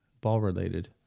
ball-related